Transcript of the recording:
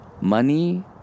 Money